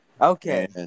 Okay